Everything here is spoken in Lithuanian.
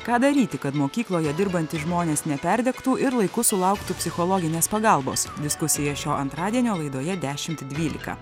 ką daryti kad mokykloje dirbantys žmonės neperdegtų ir laiku sulauktų psichologinės pagalbos diskusija šio antradienio laidoje dešimt dvylika